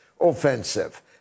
offensive